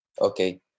Okay